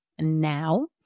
now